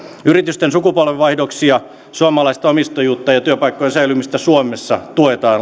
yritysten sukupolvenvaihdoksia suomalaista omistajuutta ja työpaikkojen säilymistä suomessa tuetaan